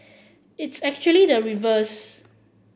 it is actually the reverse